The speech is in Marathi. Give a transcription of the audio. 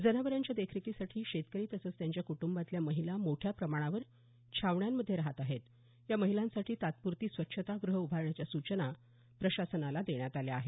जनावरांच्या देखरेखीसाठी शेतकरी तसंच त्यांच्या कुटुंबातल्या महिला मोठ्या प्रमाणावर छावण्यांमध्ये राहत आहेत या महिलांसाठी तात्पुरती स्वच्छता गृहे उभारण्याच्या सूचना प्रशासनाला देण्यात आल्या आहेत